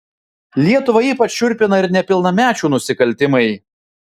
lietuvą ypač šiurpina ir nepilnamečių nusikaltimai